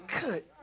Good